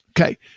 Okay